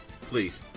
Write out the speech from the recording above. Please